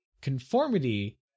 conformity